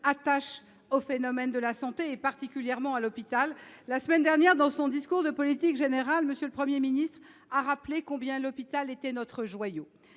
attache à la santé, particulièrement à l’hôpital. La semaine dernière, dans son discours de politique générale, M. le Premier ministre a rappelé combien l’hôpital était notre joyau.